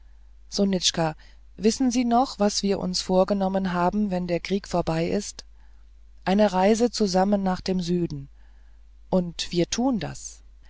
sonitschka wissen sie noch was wir uns vorgenommen haben wenn der krieg vorbei ist eine reise zusammen nach dem süden und wir tun das